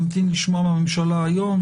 נמתין לשמוע מן הממשלה היום,